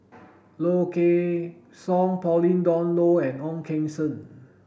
Low Kway Song Pauline Dawn Loh and Ong Keng Sen